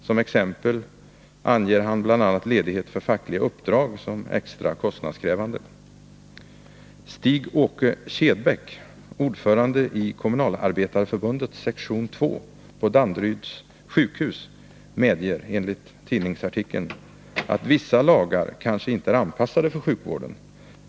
Som exempel anger han bl.a. ledighet för fackliga uppdrag som extra kostnadskrävande. 47 Stig-Åke Kedbäck, ordförande i Kommunalarbetareförbundets sektion 2 på Danderyds sjukhus, medger — enligt tidningsartikeln — att vissa lagar kanske inte är anpassade för sjukvården.